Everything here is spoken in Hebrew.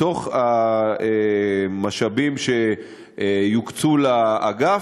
מתוך המשאבים שיוקצו לאגף.